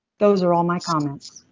those are all my comments.